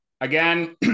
again